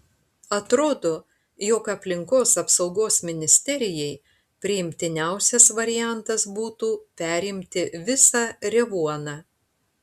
atrodo jog aplinkos apsaugos ministerijai priimtiniausias variantas būtų perimti visą revuoną